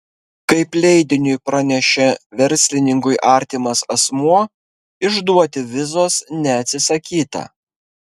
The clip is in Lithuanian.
kaip leidiniui pranešė verslininkui artimas asmuo išduoti vizos neatsisakyta